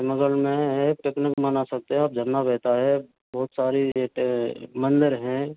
मगलमय है पिकनिक मना सकते है आप झरना बहता है बहुत सारी एक मंदिर हैं